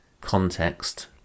context